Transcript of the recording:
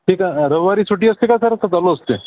ठीक आहे रविवारी सुट्टी असते का सर का चालू असते